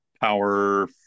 power